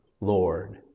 Lord